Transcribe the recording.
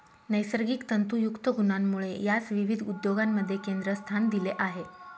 नैसर्गिक तंतुयुक्त गुणांमुळे यास विविध उद्योगांमध्ये केंद्रस्थान दिले आहे